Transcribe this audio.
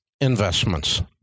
investments